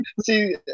See